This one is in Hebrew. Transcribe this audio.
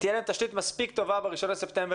תהיה להם תשתית מספיק טובה ב-1 בספטמבר